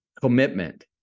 Commitment